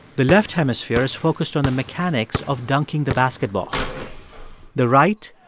the left hemisphere is focused on the mechanics of dunking the basketball the right,